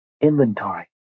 inventory